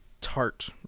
tart